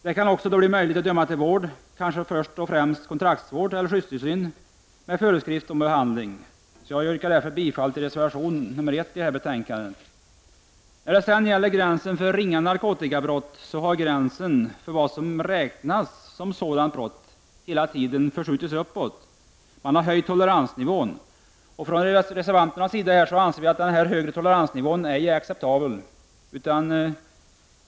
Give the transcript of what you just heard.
Det kan också bli möjligt att döma till vård, kanske främst kontraktsvård eller skyddstillsyn med föreskrift om behandling. Jag yrkar därför bifall till reservation 1. Gränsen för vad som räknas som ringa narkotikabrott har förskjutits uppåt. Toleransnivån har höjts, Vi reservanter anser att denna högre toleransnivå ej är acceptabel.